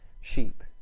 sheep